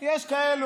יש כאלה,